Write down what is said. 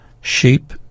Sheep